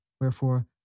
wherefore